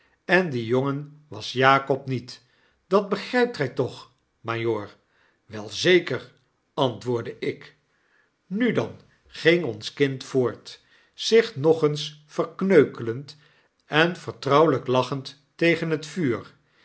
en die jongen was jakob niet dat begrijpt gjj toch majoor wel zeker antwoordde ik nu dan ging ons kind voort zich nog eens verkneukelend en vertrouwelijk lachend tegen het vuur